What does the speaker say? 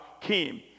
came